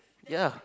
yeah